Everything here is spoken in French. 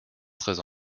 treize